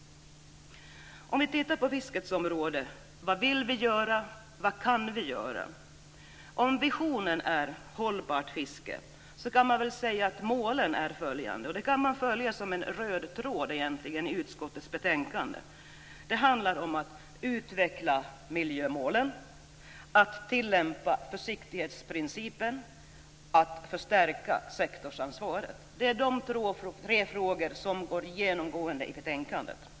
Låt oss titta på fiskeområdet: Vad vill vi göra, och vad kan vi göra? Om visionen är ett hållbart fiske kan man säga att målen är följande, som också finns som en röd tråd i utskottets betänkande. Det handlar om att utveckla miljömålen, att tillämpa försiktighetsprincipen och att förstärka sektorsansvaret. Det är tre frågor som genomgående finns med i betänkandet.